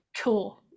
cool